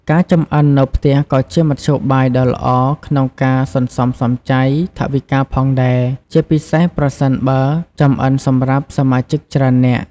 ការចម្អិននៅផ្ទះក៏ជាមធ្យោបាយដ៏ល្អក្នុងការ សន្សំសំចៃ ថវិកាផងដែរ ជាពិសេសប្រសិនបើចម្អិនសម្រាប់សមាជិកច្រើននាក់។